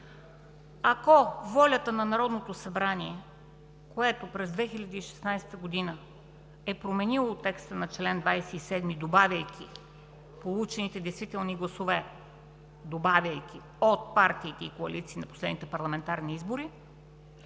ако волята на Народното събрание, което през 2016 г. е променило текста на чл. 27 „получените действителни гласове – добавяйки – от партиите и коалициите на последните парламентарни избори“,